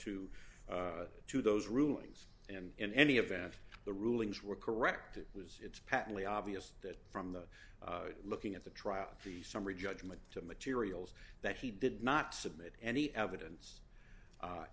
o to those rulings and in any event the rulings were correct it was it's patently obvious that from the looking at the trial the summary judgment to materials that he did not submit any evidence